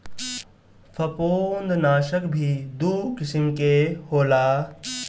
फंफूदनाशक भी दू किसिम के होला